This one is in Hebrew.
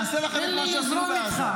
נעשה לכם את מה שעשינו בעזה.